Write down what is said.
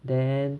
then